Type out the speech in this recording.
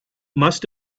must